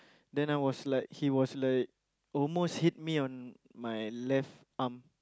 then I was like he was like almost hit me on my left arm